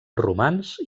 romans